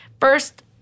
First